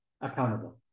accountable